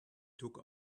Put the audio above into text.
took